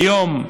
כיום,